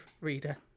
reader